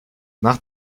nach